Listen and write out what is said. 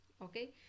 Okay